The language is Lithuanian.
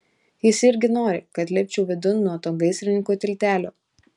jis irgi nori kad lipčiau vidun nuo to gaisrininkų tiltelio